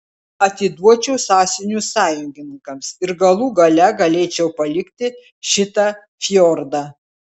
atiduočiau sąsiuvinius sąjungininkams ir galų gale galėčiau palikti šitą fjordą